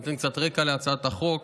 אני אתן קצת רקע להצעת החוק.